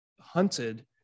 hunted